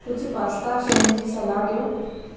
कुझ पास्ता शयुनि जी सलाहु ॾियो